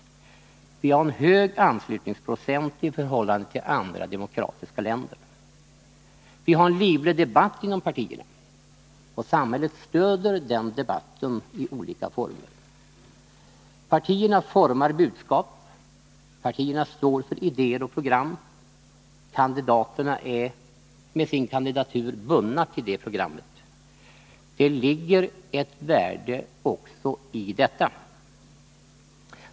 Vi har en hög anslutningsprocent i förhållande till andra demokratiska länder. Vi har en livlig debatt inom partierna, och samhället stöder den debatten i olika former. Partierna formar budskap, partierna står för idéer och program, kandidaterna är med sina kandidaturer bundna till programmet. Det ligger ett värde också i detta.